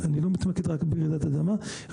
אני לא מתמקד רק ברעידת אדמה.